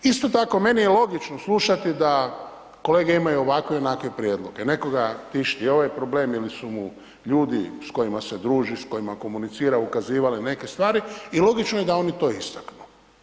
Isto tako, meni je logično slušati da kolege imaju ovakve i onakve prijedloge, nekoga tišti ovaj problem ili su mu ljudi s kojima se druži, s kojima komunicira ukazivali neke stvari i logično je da oni to istaknu.